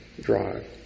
drive